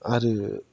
आरो